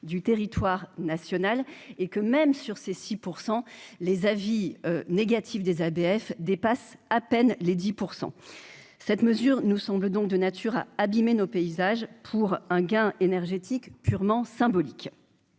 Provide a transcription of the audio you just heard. du territoire national et que même sur ces 6 pour % les avis négatifs des ABF dépasse à peine les 10 pour 100 cette mesure nous semble donc de nature à abîmer nos paysages pour un gain énergétique purement symbolique,